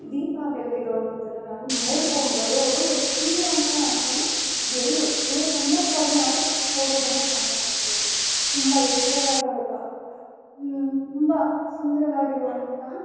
ದೀಪ ಬೆಳಗಿರೋ ಅಂಥದ್ದನ್ನು ನಾವು ನೋಡ್ಕೊಂಬರೋದು ಒಂದು ಪುಣ್ಯ ಅಂತಾನೆ ಅನ್ಕೊಂಡು ಎಲ್ಲರೂ ನೂರಕ್ಕೆ ಎಂಬತ್ತು ಭಾಗ ನಾವು ಹೋಗೋದನ್ನು ಕಾಣ್ತಾ ಹೋಗ್ತೀವಿ ತುಂಬ ಎತ್ತರವಾದ ಬೆಟ್ಟ ತುಂಬ ಸುಂದರವಾಗಿರುವಂತಹ